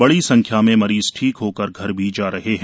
बड़ी संख्या में मरीज ठीक होकर घर भी जा रहे हैं